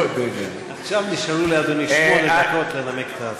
עכשיו נשארו לאדוני שמונה דקות לנמק את ההצעה.